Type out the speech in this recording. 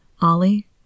Ollie